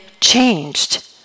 changed